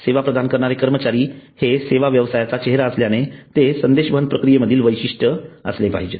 सेवा प्रदान करणारे कर्मचारी हे सेवा व्यवसायचा चेहरा असल्याने ते संदेशवहन प्रक्रियेमधील वैशिष्ट्य असले पाहिजेत